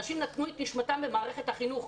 אנשים נתנו את נשמתם למערכת החינוך.